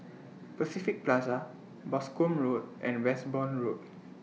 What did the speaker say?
Pacific Plaza Boscombe Road and Westbourne Road